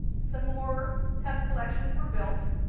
some more test collections were built.